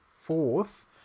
fourth